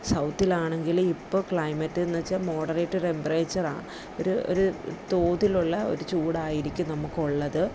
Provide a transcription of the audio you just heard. സൗത്തിൽ ആണെങ്കിൽ ഇപ്പോൾ ക്ലൈമറ്റ്ന്ന്ച്ചാൽ മോഡറേറ്റ് ടെംമ്പറേച്ചറാ ഒരു ഒരു തോതിലുള്ള ഒരു ചൂടായിരിക്കും നമുക്ക് ഉള്ളത്